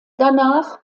danach